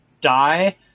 die